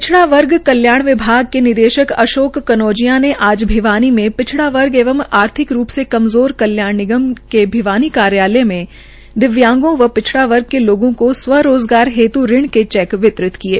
पिछड़ा वर्ग कल्याण विभाग के निदेशक अशोक कनौजिया ने आज भिवानी में पिछड़ वर्ग एवं आर्थिक रूप से कल्याण निगम के भिवानी कार्यालय में आज दिव्यांगों व पिछड़ा वर्ग के लोगों को स्व रोज़गार हेतु ऋण के चैक वितरित किये